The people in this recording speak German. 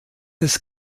des